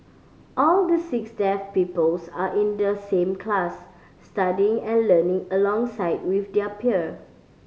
all the six deaf peoples are in the same class studying and learning alongside with their peer